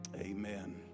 Amen